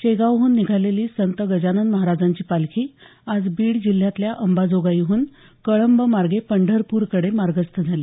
शेगावहून निघालेली संत गजानन महाराजांची पालखी आज बीड जिल्ह्यातल्या अंबाजोगाईहून कळंब मार्गे पंढरपूरकडे मार्गस्थ झाली